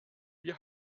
wir